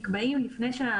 לפני,